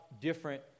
different